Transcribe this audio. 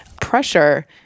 pressure